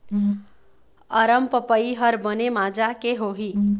अरमपपई हर बने माजा के होही?